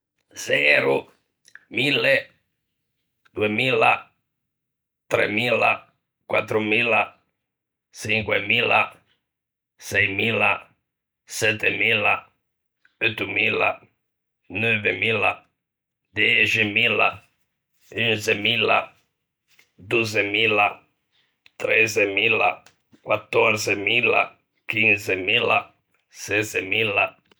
0,1000, 2000, 3000, 4000, 5000, 6000, 7000, 8000, 9000, 10000, 11000, 12000, 13000, 14000, 15000, 16000.